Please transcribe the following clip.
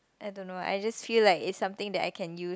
I don't know I just feel like it's something that I can use